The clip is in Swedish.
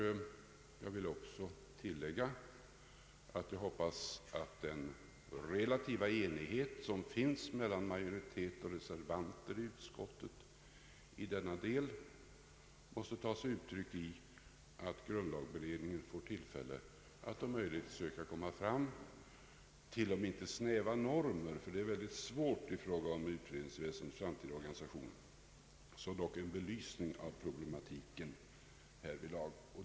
Jag vill tillägga att jag hoppas att den relativa enighet som finns mellan majoritet och reservanter i utskottet i denna del måtte ta sig uttryck i att grundlagberedningen får tillfälle att om möjligt komma fram till om inte snäva normer i fråga om utredningsväsendets framtida organisation, så dock en belysning av problematiken därvidlag.